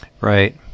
Right